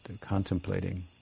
contemplating